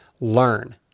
learn